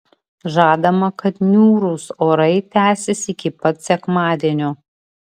žadama kad niūrūs orai tęsis iki pat sekmadienio